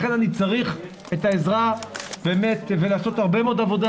לכן אני צריך את העזרה ולעשות הרבה מאוד עבודה,